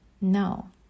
No